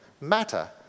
matter